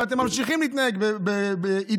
ואתם ממשיכים להתנהג באי-דמוקרטיה.